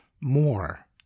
more